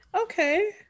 Okay